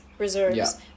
reserves